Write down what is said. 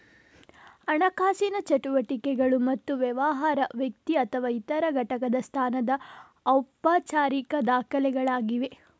ಹಣಕಾಸಿನ ಚಟುವಟಿಕೆಗಳು ಮತ್ತು ವ್ಯವಹಾರ, ವ್ಯಕ್ತಿ ಅಥವಾ ಇತರ ಘಟಕದ ಸ್ಥಾನದ ಔಪಚಾರಿಕ ದಾಖಲೆಗಳಾಗಿವೆ